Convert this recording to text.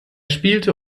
spielte